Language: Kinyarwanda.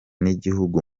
n’igihugu